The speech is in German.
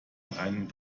einen